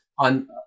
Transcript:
On